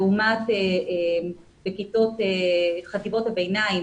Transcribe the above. לעומת בחטיבות הביניים.